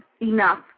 enough